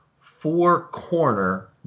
four-corner